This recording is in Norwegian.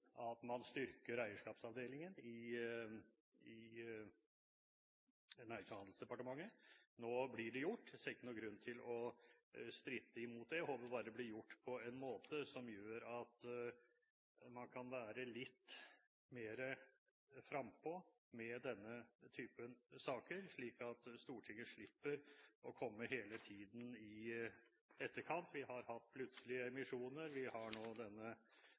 man styrker eierskapsavdelingen i Nærings- og handelsdepartementet. Nå blir det gjort. Jeg ser ikke noen grunn til å stritte imot det. Jeg håper bare det blir gjort på en måte som gjør at man kan være litt mer frempå med denne typen saker, slik at Stortinget slipper hele tiden å komme i etterkant. Vi har hatt plutselige emisjoner. Vi har nå denne